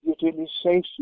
utilization